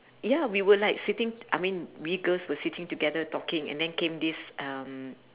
ya we were like sitting I mean we girls were sitting together talking and then came this um